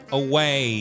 away